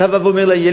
אתה אומר לילד,